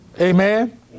Amen